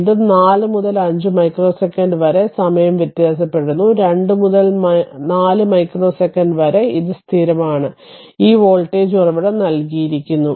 വീണ്ടും 4 മുതൽ 5 microsecond വരെ സമയം വ്യത്യാസപ്പെടുന്നു 2 മുതൽ 4 മൈക്രോ സെക്കന്റ് വരെ അത് സ്ഥിരമാണ് ഈ വോൾട്ടേജ് ഉറവിടം നൽകിയിരിക്കുന്നു